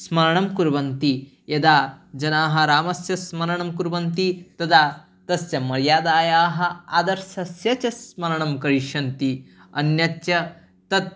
स्मरणं कुर्वन्ति यदा जनाः रामस्य स्मरणं कुर्वन्ति तदा तस्य मर्यादायाः आदर्शस्य च स्मरणं करिष्यन्ति अन्यच्च तत्